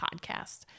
podcast